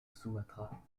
sumatra